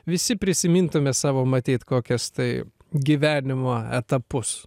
visi prisimintume savo matyt kokias tai gyvenimo etapus